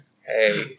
Hey